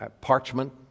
parchment